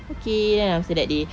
okay then after that they